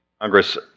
Congress